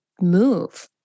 move